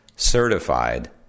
certified